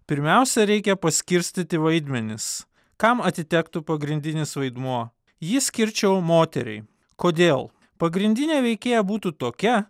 pirmiausia reikia paskirstyti vaidmenis kam atitektų pagrindinis vaidmuo jį skirčiau moteriai kodėl pagrindinė veikėja būtų tokia